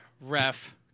ref